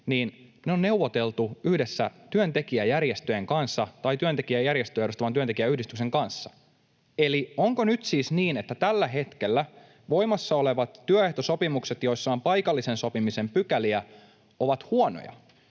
niin ne on neuvoteltu yhdessä työntekijäjärjestöjen kanssa tai työntekijäjärjestöä edustavan työntekijäyhdistyksen kanssa. Eli onko nyt siis niin, että tällä hetkellä voimassa olevat työehtosopimukset, joissa on paikallisen sopimisen pykäliä, ovat huonoja?